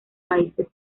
países